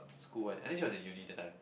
school one I think she was in uni that time